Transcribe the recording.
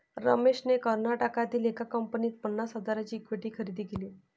रमेशने कर्नाटकातील एका कंपनीत पन्नास हजारांची इक्विटी खरेदी केली